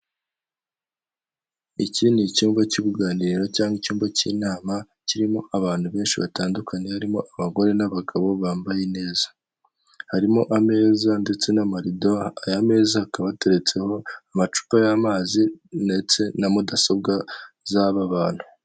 Urujya n'uruza rw'abantu benshi bamwe bambaye udupfukamunwa inyuma yabo hari amaduka iduka rimwe rifite icyapa kinini cy'ubururu cyanditseho Tecno ndetse n'ikindi kiri munsi yayo cyanditseho infinix kiri mu mabara y'umukara umupolisi wambaye iniforume yanditseho Rwanda police ndetse arimo arareba umusore wambaye ingofero y'umukara igikapu mu mugongo n'agapira karimo amabara agiye atandukanye .